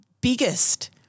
biggest